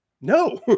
No